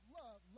love